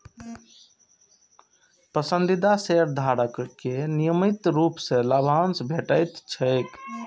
पसंदीदा शेयरधारक कें नियमित रूप सं लाभांश भेटैत छैक